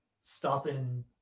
stopping